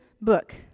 book